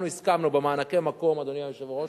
אנחנו הסכמנו במענקי מקום, אדוני היושב-ראש,